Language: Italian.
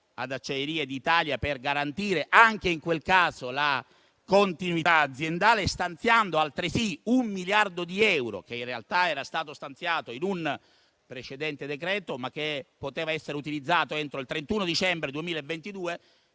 ad Acciaierie d'Italia, per garantire anche in quel caso la continuità aziendale, e stanziando altresì 1 miliardo di euro, che in realtà era stato stanziato in un precedente decreto, ma che poteva essere utilizzato entro il 31 dicembre 2022.